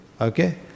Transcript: okay